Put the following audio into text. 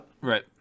Right